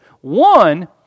One